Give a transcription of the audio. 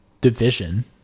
division